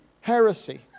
Heresy